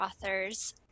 authors